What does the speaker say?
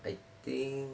I think